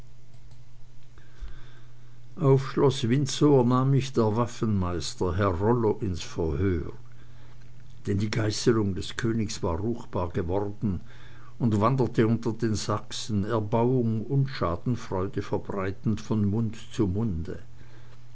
auf schloß windsor nahm mich der waffenmeister herr rollo ins verhör denn die geißelung des königs war ruchbar geworden und wanderte unter den sachsen erbauung und schadenfreude verbreitend von mund zu munde